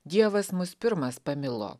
dievas mus pirmas pamilo